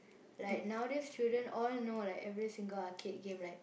like nowadays children all know like every single arcade game like